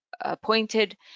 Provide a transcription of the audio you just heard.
appointed